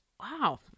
wow